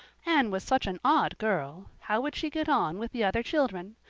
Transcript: anne was such an odd girl. how would she get on with the other children?